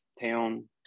town